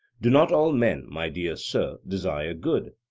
do not all men, my dear sir, desire good?